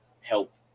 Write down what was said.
help